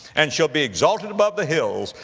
and shall be exalted above the hills,